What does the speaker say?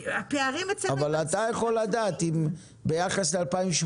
אבל אתה יכול לדעת אם ביחד ל-2018,